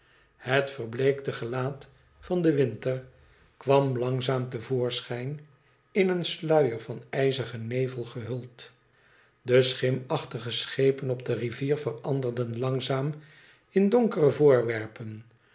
het verbleekte gelaat van den winter kwam langzaam te voorschijn in een sluier van ijzigen nevel gehuld de schimachtige schepen op de rivier veranderden langzaam in donkere voorwerpen